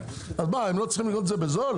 אז לא צריכים לקנות את זה בזול?